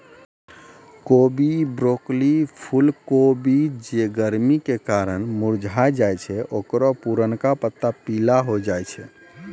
कोबी, ब्रोकली, फुलकोबी जे गरमी के कारण मुरझाय जाय छै ओकरो पुरनका पत्ता पीला होय जाय छै